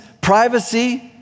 privacy